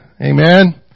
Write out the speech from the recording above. Amen